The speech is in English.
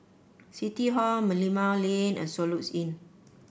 City Hall Merlimau Lane and Soluxe Inn